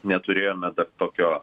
neturėjome tokio